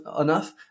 enough